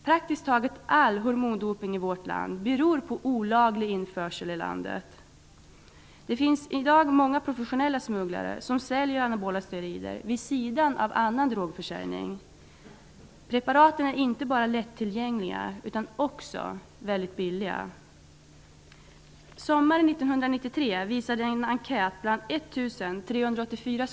Praktiskt taget all hormondopning i vårt land beror på olaglig införsel i landet. Det finns i dag många professionella smugglare, som säljer anabola steroider vid sidan av annan drogförsäljning. Preparaten är inte bara lättillgängliga utan också mycket billiga.